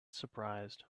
surprised